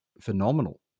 phenomenal